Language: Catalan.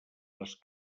les